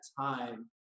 time